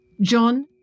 John